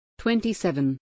27